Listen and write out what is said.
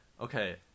Okay